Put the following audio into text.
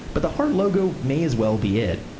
but the heart logo may as well be it.